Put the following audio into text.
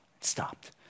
Stopped